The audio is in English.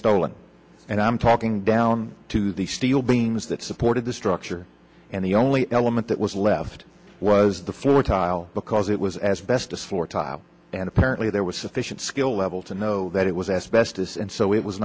stolen and i'm talking down to the steel beams that supported the structure and the only element that was left was the floor tile because it was as best a floor tile and apparently there was sufficient skill level to know that it was asbestos and so it was